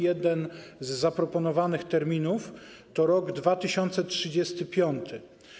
Jeden z zaproponowanych terminów to rok 2035.